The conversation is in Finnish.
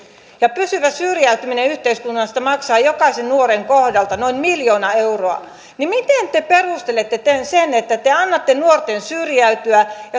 ja pysyvä syrjäytyminen yhteiskunnasta maksaa jokaisen nuoren kohdalta noin miljoona euroa miten te perustelette sen että te annatte nuorten syrjäytyä kun